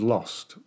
Lost